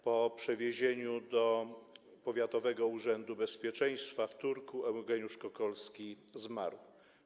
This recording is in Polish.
Po przewiezieniu do powiatowego urzędu bezpieczeństwa w Turku Eugeniusz Kokolski zmarł.